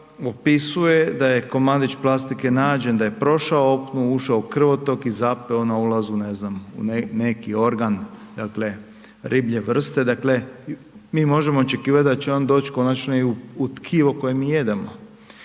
opisuje da je komadić plastike nađen da je prošao u opnu, ušao u krvotok i zapeo na ulazu, ne znam u neki organ, riblje vrste. Dakle mi možemo očekivat da će on doć konačno i u tkivo koje mi jedemo